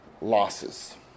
losses